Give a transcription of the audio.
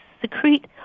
secrete